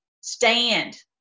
stand